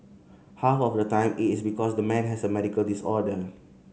half of the time it is because the man has a medical disorder